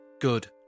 Good